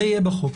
זה יהיה בחוק.